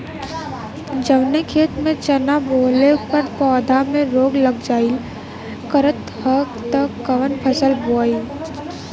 जवने खेत में चना बोअले पर पौधा में रोग लग जाईल करत ह त कवन फसल बोआई?